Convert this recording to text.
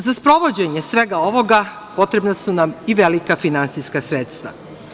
Za sprovođenje svega ovoga potrebna su nam i velika finansijska sredstva.